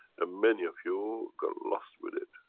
and many of you got lost with it.